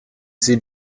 sie